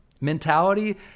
mentality